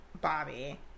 Bobby